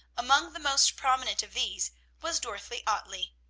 among the most prominent of these was dorothy ottley.